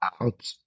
out